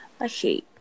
Okay